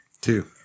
Two